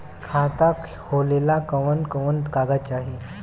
खाता खोलेला कवन कवन कागज चाहीं?